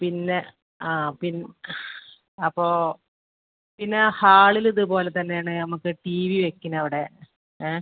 പിന്നെ ആ പിന്നെ അപ്പോൾ പിന്നെ ഹാളിൽ ഇതുപോലെ തന്നെ ആണ് നമുക്ക് ടി വി വയ്ക്കുന്നത് ഇവിടെ ഏ